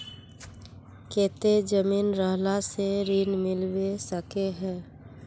केते जमीन रहला से ऋण मिलबे सके है?